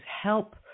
help